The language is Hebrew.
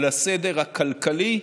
על הסדר הכלכלי,